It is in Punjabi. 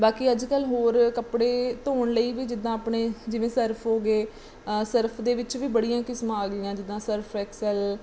ਬਾਕੀ ਅੱਜ ਕੱਲ੍ਹ ਹੋਰ ਕੱਪੜੇ ਧੋਣ ਲਈ ਵੀ ਜਿੱਦਾਂ ਆਪਣੇ ਜਿਵੇਂ ਸਰਫ ਹੋ ਗਏ ਸਰਫ ਦੇ ਵਿੱਚ ਵੀ ਬੜੀਆਂ ਕਿਸਮਾਂ ਆ ਗਈਆਂ ਜਿੱਦਾਂ ਸਰਫੈਕਸਲ